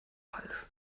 falsch